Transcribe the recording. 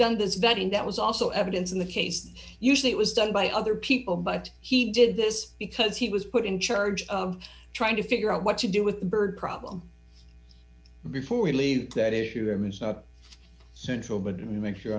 done this vetting that was also evidence in the case usually it was done by other people but he did this because he was put in charge of trying to figure out what to do with the bird problem before we leave that if you're missing central but make